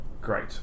Great